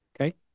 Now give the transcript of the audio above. Okay